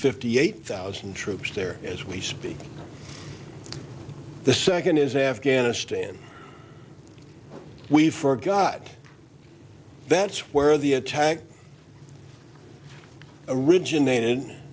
fifty eight thousand troops there as we speak the second is afghanistan we forgot that's where the attack originated